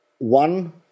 One